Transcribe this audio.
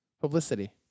Publicity